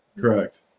Correct